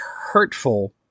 hurtful